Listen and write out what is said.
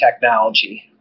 technology